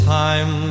time